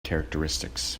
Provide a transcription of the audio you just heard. characteristics